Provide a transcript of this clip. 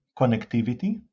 connectivity